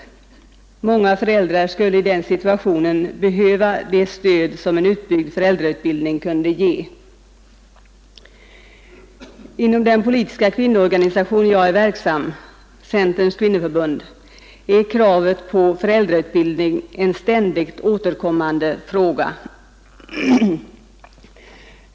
Många föräldrar skulle i den situationen behöva det stöd som en utbyggd föräldrautbild ning kunde ge. Inom den politiska kvinnoorganisation där jag är verksam, Centerns kvinnoförbund, är kravet på föräldrautbildning en ständigt återkommande fråga.